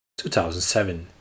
2007